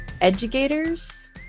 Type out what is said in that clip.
Educators